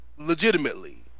legitimately